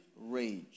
rage